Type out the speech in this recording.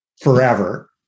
forever